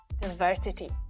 Diversity